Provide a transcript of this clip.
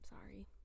Sorry